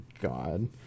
God